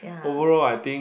ya